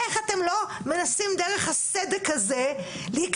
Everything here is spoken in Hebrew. איך אתם לא מנסים דרך הסדק הזה להיכנס,